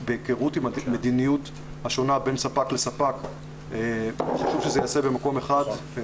בהכרות עם המדיניות השונה בין ספק לספק וחשוב שזה ייעשה במקום אחד.